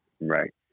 Right